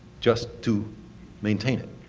just to maintain it.